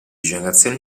generazione